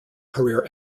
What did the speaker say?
career